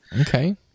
Okay